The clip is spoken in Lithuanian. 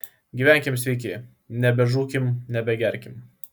gyvenkim sveiki nebežūkim nebegerkim